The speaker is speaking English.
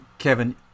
Kevin